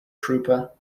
trooper